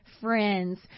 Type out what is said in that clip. friends